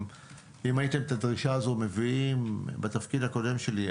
אם הייתם את הדרישה הזו מביאים בתפקיד הקודם שלי,